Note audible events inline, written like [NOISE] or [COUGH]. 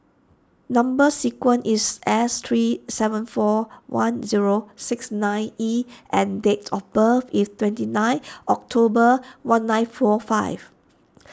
number [UNINTELLIGIBLE] is S three seven four one zero six nine E and date of birth is twenty nine October one nine four five